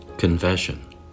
Confession